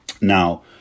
now